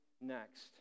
next